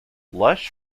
lush